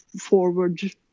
forward